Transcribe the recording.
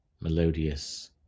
melodious